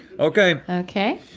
okay. okay.